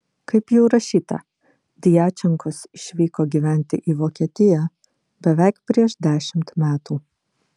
kaip jau rašyta djačenkos išvyko gyventi į vokietiją beveik prieš dešimt metų